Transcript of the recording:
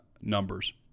numbers